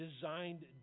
designed